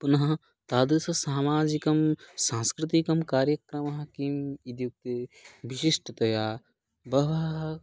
पुनः तादृशसामाजिकं सांस्कृतिकं कार्यक्रमः किम् इत्युक्ते विशिष्टतया बहवः